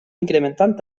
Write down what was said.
incrementant